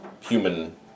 human